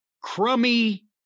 crummy